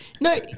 no